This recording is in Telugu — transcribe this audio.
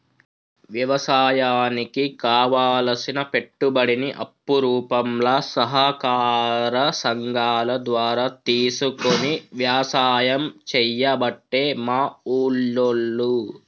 వ్యవసాయానికి కావలసిన పెట్టుబడిని అప్పు రూపంల సహకార సంగాల ద్వారా తీసుకొని వ్యసాయం చేయబట్టే మా ఉల్లోళ్ళు